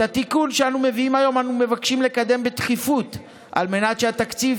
את התיקון שאנו מביאים היום אנו מבקשים לקדם בדחיפות על מנת שהתקציב